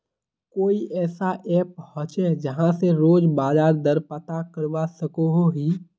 कोई ऐसा ऐप होचे जहा से रोज बाजार दर पता करवा सकोहो ही?